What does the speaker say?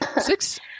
Six